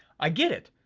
i get it,